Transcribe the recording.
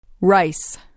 Rice